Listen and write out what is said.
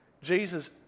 Jesus